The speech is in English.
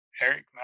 Eric